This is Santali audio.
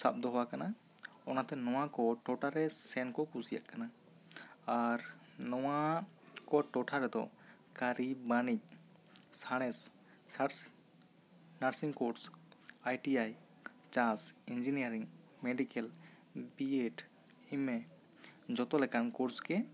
ᱥᱟᱵ ᱫᱚᱦᱚᱣᱟᱠᱟᱱᱟ ᱚᱱᱟ ᱛᱮ ᱱᱚᱣᱟ ᱠᱚ ᱴᱚᱴᱷᱟᱨᱮ ᱥᱮᱱ ᱠᱚ ᱠᱩᱥᱤᱭᱟᱜ ᱠᱟᱱᱟ ᱟᱨ ᱱᱚᱣᱟ ᱠᱚ ᱴᱚᱴᱷᱟ ᱨᱮᱫᱚ ᱠᱟᱹᱨᱤ ᱵᱟᱹᱱᱤᱡᱽ ᱥᱟᱬᱮᱥ ᱥᱟᱥ nursing course I T I ᱪᱟᱥ engineering medical B Ed M A ᱡᱚᱛᱚ ᱞᱮᱠᱟᱱ ᱠᱳᱨᱥ ᱜᱮ